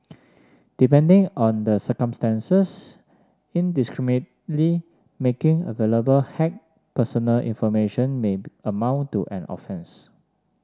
depending on the circumstances indiscriminately making available hacked personal information may be amount to an offence